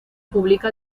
publica